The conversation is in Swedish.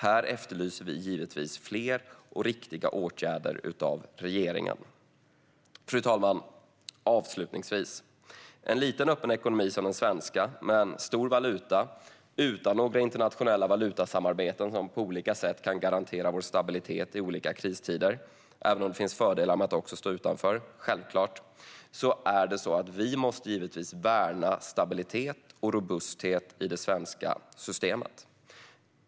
Här efterlyser vi givetvis fler och riktiga åtgärder av regeringen. Fru talman! Avslutningsvis: En liten och öppen ekonomi som den svenska, med en stor valuta utan några internationella valutasamarbeten som på olika sätt kan garantera vår stabilitet i olika kristider, även om det självklart också finns fördelar med att stå utanför, måste givetvis värna stabilitet och robusthet i det svenska systemet.